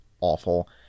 awful